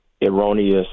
erroneous